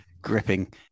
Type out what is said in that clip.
Gripping